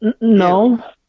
No